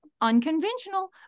unconventional